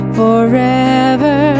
forever